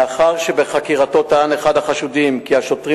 מאחר שבחקירתו טען אחד החשודים כי השוטרים